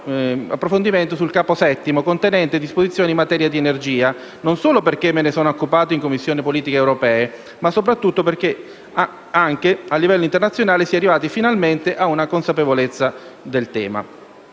approfondimento sul Capo VII, contenente disposizioni in materia di energia, non solo perché me ne sono occupato in Commissione politiche europee, ma soprattutto perché anche a livello internazionale si è arrivati finalmente a una consapevolezza sul tema.